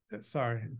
Sorry